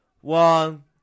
One